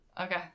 okay